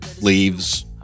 leaves